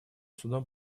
судом